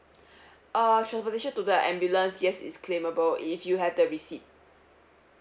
uh transportation to the ambulance yes it's claimable if you have the receipt